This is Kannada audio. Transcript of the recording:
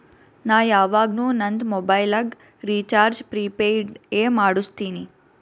ನಾ ಯವಾಗ್ನು ನಂದ್ ಮೊಬೈಲಗ್ ರೀಚಾರ್ಜ್ ಪ್ರಿಪೇಯ್ಡ್ ಎ ಮಾಡುಸ್ತಿನಿ